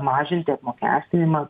mažinti apmokestinimą